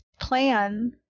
plan